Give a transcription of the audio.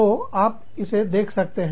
तो आप इसे देखते हैं